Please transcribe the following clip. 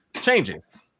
changes